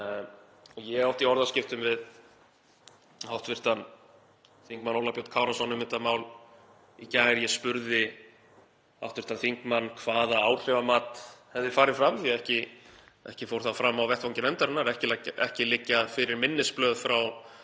Ég átti í orðaskiptum við hv. þm. Óla Björn Kárason um þetta mál í gær. Ég spurði hv. þingmann hvaða áhrifamat hefði farið fram, því að ekki fór það fram á vettvangi nefndarinnar, ekki liggja fyrir minnisblöð frá